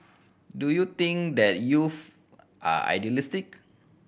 do you think that youth are idealistic